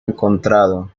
encontrado